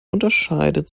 unterscheidet